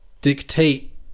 dictate